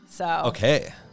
Okay